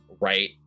right